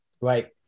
Right